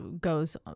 goes